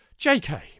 JK